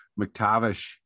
McTavish